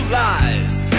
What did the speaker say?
lies